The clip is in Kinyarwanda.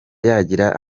yagira